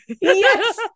Yes